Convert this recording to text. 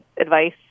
advice